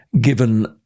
given